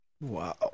Wow